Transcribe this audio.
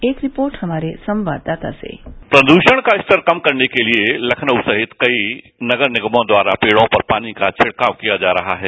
एक रिपोर्ट हमारे संवाददाता से प्रदूषण का स्तर कम करने के लिए लखनऊ सहित कई नगर निगमों द्वारा पेड़ों पर पानी का छिड़काव किया जा रहा है